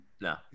No